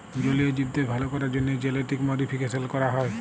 জলীয় জীবদের ভাল ক্যরার জ্যনহে জেলেটিক মডিফিকেশাল ক্যরা হয়